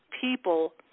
people